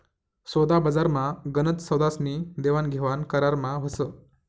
सोदाबजारमा गनच सौदास्नी देवाणघेवाण करारमा व्हस